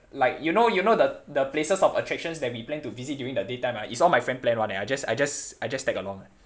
like you know you know the the places of attractions that we plan to visit during the daytime ah is all my friends plan [one] eh I just I just I just tag along eh